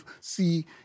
see